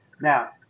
now